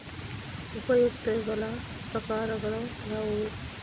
ಉಪಯುಕ್ತತೆಗಳ ಪ್ರಕಾರಗಳು ಯಾವುವು?